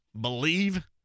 believe